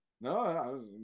no